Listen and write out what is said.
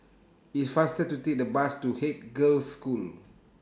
It's faster to Take The Bus to Haig Girls' School